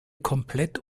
komplett